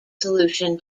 solution